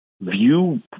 view